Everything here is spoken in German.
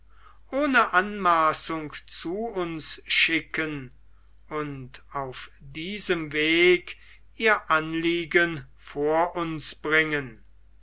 ohne anmaßung zu uns schicken und auf diesem wege ihr anliegen vor uns bringen